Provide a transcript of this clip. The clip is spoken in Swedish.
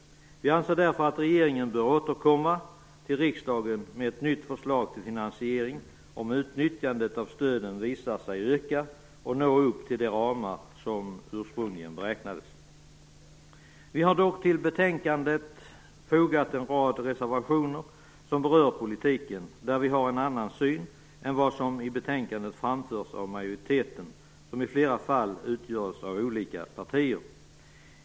Vi anser därför att regeringen bör återkomma till riksdagen med ett nytt förslag till finansiering om utnyttjandet av stöden visar sig att öka och når upp till de ramar som ursprungligen beräknades. Vi har dock till betänkandet fogat en rad reservationer som berör politiken, där vi har en annan syn än vad som i betänkandet framförs av majoriteter, som i flera fall utgörs av olika partier.